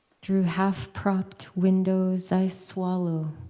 through half-propped windows, i swallow